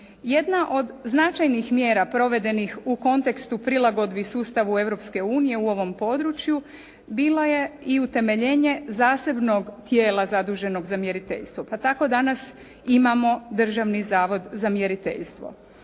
Jedna od značajnih mjera provedenih u kontekstu prilagodbi sustavu Europske unije u ovom području bilo je i utemeljenje zasebnog tijela zaduženog za mjeriteljstvo. Pa tako danas imamo Državni zavod za mjeriteljstvo.